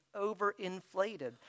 overinflated